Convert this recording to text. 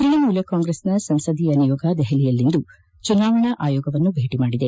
ತೃಣಮೂಲ ಕಾಂಗ್ರೆಸ್ನ ಸಂಸದೀಯ ನಿಯೋಗ ದೆಹಲಿಯಲ್ಲಿಂದು ಚುನಾವಣಾ ಅಯೋಗವನ್ನು ಭೇಟಿ ಮಾದಿದೆ